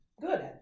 good